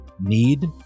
Need